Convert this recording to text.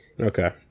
Okay